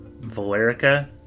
Valerica